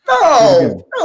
No